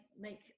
make